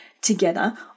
together